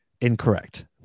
Incorrect